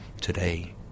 today